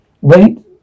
Wait